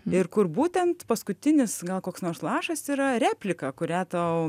ir kur būtent paskutinis gal koks nors lašas yra replika kurią tau